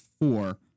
four